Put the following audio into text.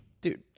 dude